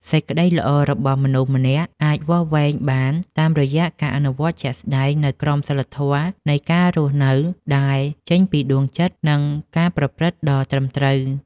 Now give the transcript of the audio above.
សេចក្តីល្អរបស់មនុស្សម្នាក់អាចវាស់វែងបានតាមរយៈការអនុវត្តជាក់ស្តែងនូវក្រមសីលធម៌នៃការរស់នៅដែលចេញពីដួងចិត្ត និង ការប្រព្រឹត្តដ៏ត្រឹមត្រូវ។